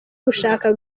gushaka